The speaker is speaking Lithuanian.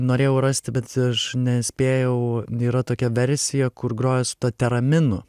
norėjau rasti bet aš nespėjau yra tokia versija kur groja su tuo teraminu